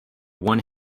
one